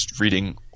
reading